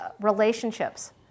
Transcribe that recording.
Relationships